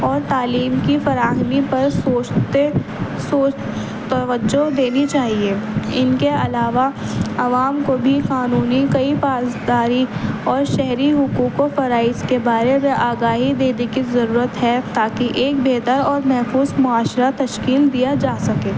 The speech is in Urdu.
اور تعلیم کی فراہمی پر سوچتے سوچ توجہ دینی چاہیے ان کے علاوہ عوام کو بھی قانونی کئی پاسداری اور شہری حقوق و فرائض کے بارے میں آگاہی دینے کی ضرورت ہے تاکہ ایک بہتر اور محفوظ معاشرہ تشکیل دیا جا سکے